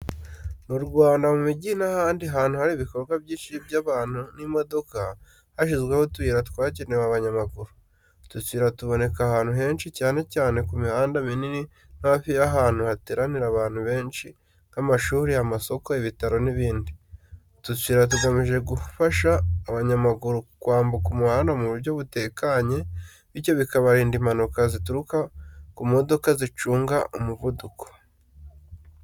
Mu Rwanda, mu mijyi n’ahandi hantu hari ibikorwa byinshi by’abantu n’imodoka, hashyizweho utuyira twagenewe abanyamaguru. Utu tuyira tuboneka ahantu henshi cyane cyane ku mihanda minini no hafi y’ahantu hateranira abantu benshi nk’amashuri, amasoko, ibitaro n’ibindi. Utu tuyira tugamije gufasha abanyamaguru kwambuka umuhanda mu buryo butekanye, bityo bakirindwa impanuka zituruka ku modoka zicunga umuvuduko.